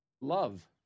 love